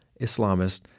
Islamists